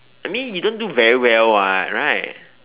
I mean you don't do very well [what] right